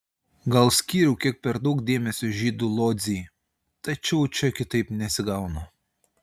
gal skyriau kiek per daug dėmesio žydų lodzei tačiau čia kitaip nesigauna